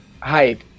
hype